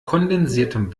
kondensiertem